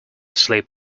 sleep